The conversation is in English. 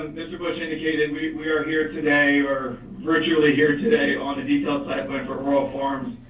bush indicated we we are here today or virtually here today on a digital platform for royal farms.